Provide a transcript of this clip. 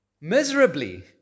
miserably